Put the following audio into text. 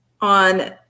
on